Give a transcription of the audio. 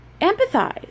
empathize